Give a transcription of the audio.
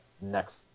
next